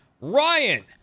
Ryan